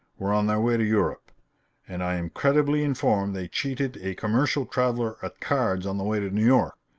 were on their way to europe and i am credibly informed they cheated a commercial traveler at cards on the way to new york.